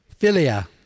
Philia